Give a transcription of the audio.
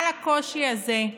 על הקושי הזה,